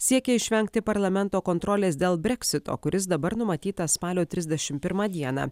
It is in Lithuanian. siekia išvengti parlamento kontrolės dėl breksito kuris dabar numatytas spalio trisdešim pirmą dieną